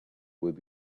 would